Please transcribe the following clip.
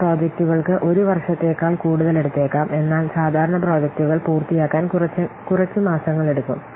ചില പ്രോജക്റ്റുകൾക്ക് 1 വർഷത്തേക്കാൾ കൂടുതൽ എടുത്തേക്കാം എന്നാൽ സാധാരണ പ്രോജക്റ്റുകൾ പൂർത്തിയാക്കാൻ കുറച്ച് മാസങ്ങളെടുക്കും